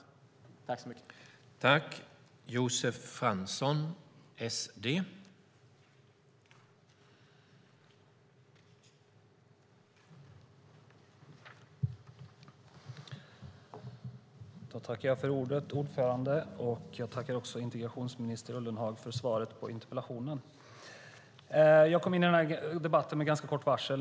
Då Björn Söder, som framställt interpellationen, anmält att han var förhindrad att närvara vid sammanträdet medgav tredje vice talmannen att Josef Fransson i stället fick delta i överläggningen.